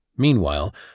Meanwhile